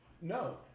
No